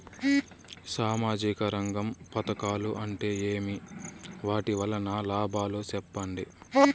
సామాజిక రంగం పథకాలు అంటే ఏమి? వాటి వలన లాభాలు సెప్పండి?